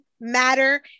matter